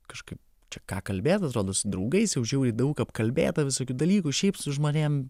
kažkaip čia ką kalbėt atrodo su draugais jau žiauriai daug apkalbėta visokių dalykų šiaip su žmonėm